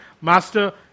Master